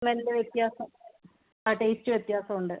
smell വ്യത്യാസം ആ date വ്യത്യാസം ഉണ്ട്